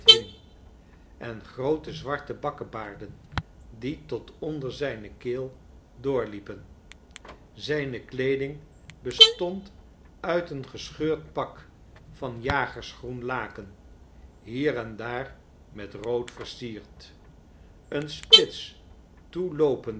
en groote zwarte bakkebaarden die tot onder zijne keel doorliepen zijne kleeding bestond uit een gescheurd pak van jagers groen laken hier en daar met rood versierd een spits